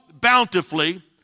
bountifully